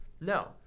No